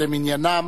למניינם.